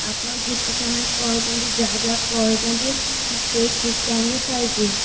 ଆପଣ ଯେତେ ସମୟ କହିଛନ୍ତି ଯାହା ଯାହା କହିଛନ୍ତି ସେହି ଠିକ୍ ଟାଇମ୍ରେ ଖାଇଛି